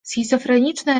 schizofreniczne